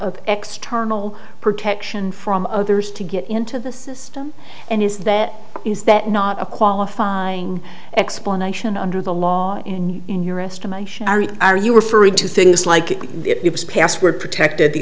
of external protection from others to get into the system and is that is that not a qualifying explanation under the law and in your estimation are you referring to things like if it was password protected the